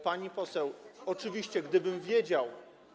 Pani poseł, oczywiście gdybym wiedział.